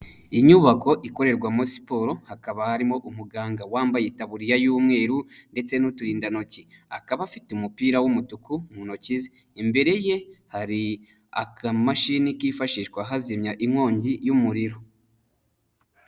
Inyubako ikorerwamo siporo, hakaba harimo umuganga wambaye itaburiya y'umweru ndetse n'uturindantoki. Akaba afite umupira w'umutuku mu ntoki ze. Imbere ye hari akamashini kifashishwa hazimya inkongi y'umuriro.